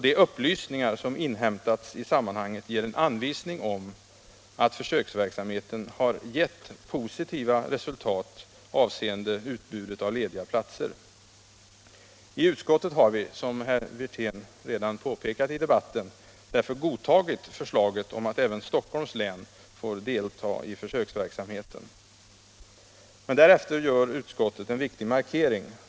De upplysningar som inhämtats i sammanhanget ger en anvisning om att försöksverksamheten har givit positiva resultat avseende utbudet av lediga platser. I utskottet har vi därför, som herr Wirtén redan påpekat, godtagit förslaget om att även Stockholms län får delta i försöksverksamheten. Men därefter gör utskottet en viktig markering.